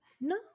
no